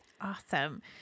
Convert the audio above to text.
Awesome